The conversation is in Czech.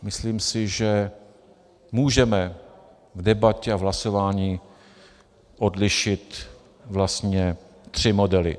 Myslím si, že můžeme v debatě a v hlasování odlišit vlastně tři modely.